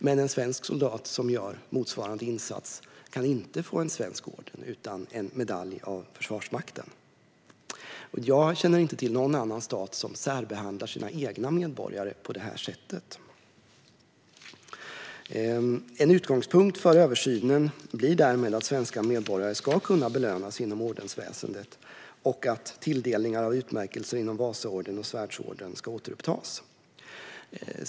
Men en svensk soldat som gör motsvarande insats kan inte få en svensk orden utan får en medalj från Försvarsmakten. Jag känner inte till någon annan stat som särbehandlar sina egna medborgare på det här sättet. En utgångspunkt för översynen blir därmed att svenska medborgare ska kunna belönas inom ordensväsendet och att tilldelningar av utmärkelser inom Vasaorden och Svärdsorden ska återupptas.